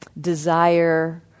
desire